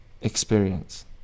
experience